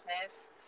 business